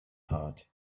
heart